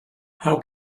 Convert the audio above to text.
how